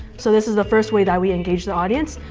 so this is the first way that we engage the audience.